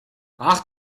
ach